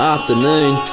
Afternoon